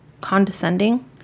condescending